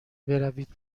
بروید